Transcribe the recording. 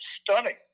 stunning